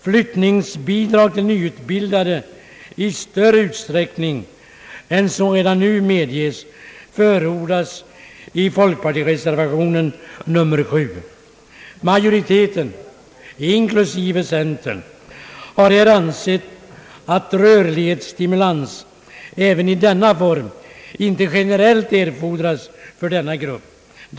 Flyttningsbidrag till nyutbildade i större utsträckning än som redan nu medges förordas i folkpartireservationen 7. Majoriteten, inklusive centern, har här ansett att rörlighetsstimulans även i denna form inte generellt erfordras för denna grupp.